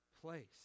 place